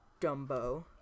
Dumbo